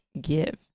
give